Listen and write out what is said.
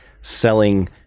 selling